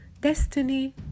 destiny